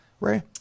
Ray